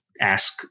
ask